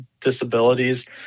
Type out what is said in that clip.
disabilities